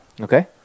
okay